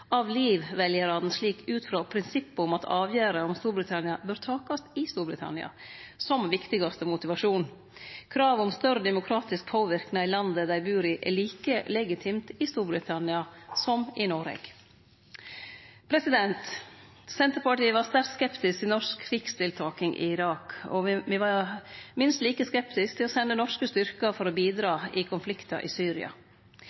av Leave-veljarane slik ut frå prinsippet om at avgjerder om Storbritannia bør takast i Storbritannia som viktigaste motivasjon. Kravet om større demokratisk påverknad i landet dei bur i, er like legitimt i Storbritannia som i Noreg. Senterpartiet var sterkt skeptisk til norsk krigsdeltaking i Irak, og me var minst like skeptiske til å sende norske styrkar for å